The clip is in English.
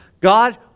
God